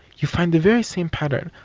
you find the very same pattern.